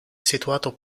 situato